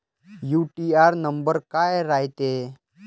UTR number काय रायते?